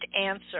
answer